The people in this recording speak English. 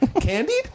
Candied